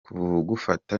kugufata